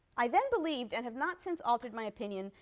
i then believed, and have not since altered my opinion,